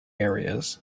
areas